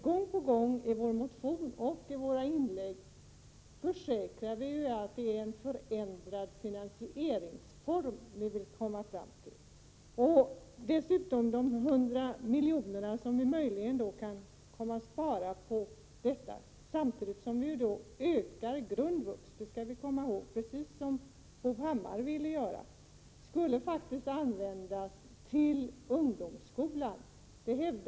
Gång på gång —i vår motion och i våra inlägg — försäkrar vi att det är en förändrad finansieringsform vi vill komma fram till. De 100 milj.kr. som vi möjligen kan komma att spara — samtidigt som vi ökar resurserna för grundvux, precis som Bo Hammar vill göra — skulle faktiskt användas till ungdomsskolan. Bo Hammar hävdade i sitt tidigare Prot.